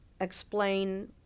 explain